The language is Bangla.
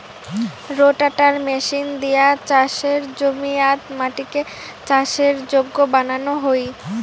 রোটাটার মেশিন দিয়া চাসের জমিয়াত মাটিকে চাষের যোগ্য বানানো হই